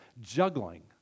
juggling